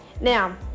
Now